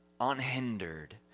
Unhindered